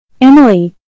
Emily